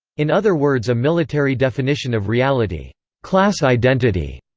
in other words a military definition of reality class identity,